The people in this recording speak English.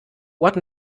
what